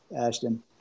Ashton